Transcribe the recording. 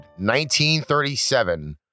1937